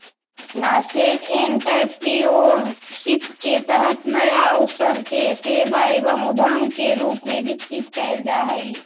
nascent entrepreneurship के तहत नया अवसर के सेवा एवं उद्यम के रूप में विकसित कैल जा हई